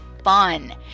fun